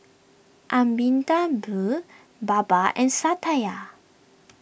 Amitabh Baba and Satya